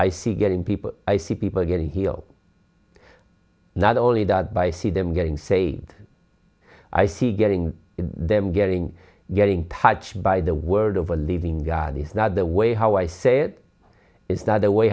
i see getting people i see people getting heal not only that by see them getting saved i see getting them getting getting touched by the word of a living god is not the way how i say it is that the way